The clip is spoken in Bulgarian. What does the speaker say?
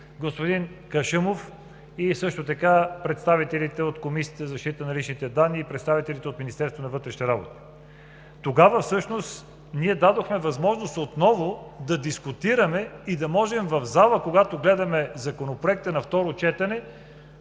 господин Кашъмов, също така представителите от Комисията за защита на личните данни и представителите от Министерството на вътрешните работи. Тогава всъщност ние дадохме възможност отново да дискутираме и да можем в залата, когато гледаме Законопроекта на второ четене,